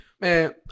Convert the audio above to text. Man